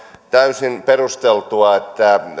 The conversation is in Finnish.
täysin perusteltua että